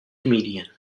comedian